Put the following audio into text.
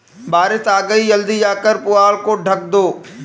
बारिश आ गई जल्दी जाकर पुआल को ढक दो